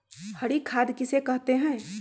हरी खाद किसे कहते हैं?